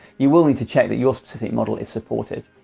you will need to check that your specific model is supported.